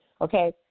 okay